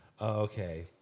okay